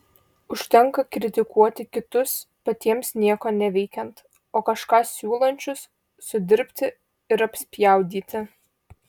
užtenka kritikuoti kitus patiems nieko neveikiant o kažką siūlančius sudirbti ir apspjaudyti